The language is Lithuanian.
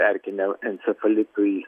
erkiniam encefalitui